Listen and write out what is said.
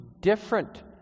different